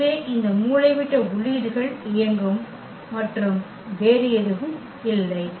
எனவே இந்த மூலைவிட்ட உள்ளீடுகள் இயங்கும் மற்றும் வேறு எதுவும் இல்லை